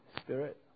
Spirit